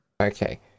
Okay